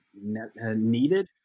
needed